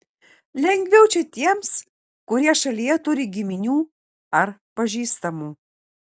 lengviau čia tiems kurie šalyje turi giminių ar pažįstamų